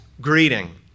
greeting